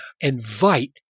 invite